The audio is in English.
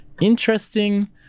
interesting